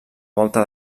volta